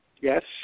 Yes